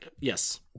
Yes